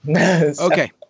Okay